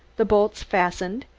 the bolts fastened,